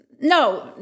No